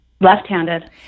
Left-handed